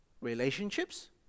relationships